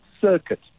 circuit